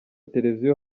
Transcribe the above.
televiziyo